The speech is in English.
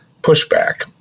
pushback